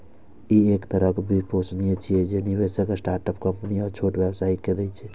ई एक तरहक वित्तपोषण छियै, जे निवेशक स्टार्टअप कंपनी आ छोट व्यवसायी कें दै छै